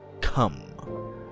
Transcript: Come